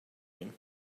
him